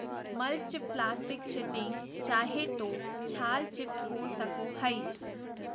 mulch plastic sheeting चाहे तो छाल चिप्स हो सको हइ